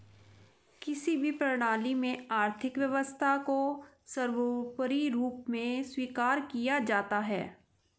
किसी भी प्रणाली में आर्थिक व्यवस्था को सर्वोपरी रूप में स्वीकार किया जाता है